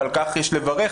ועל כך יש לברך,